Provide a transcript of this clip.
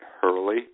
Hurley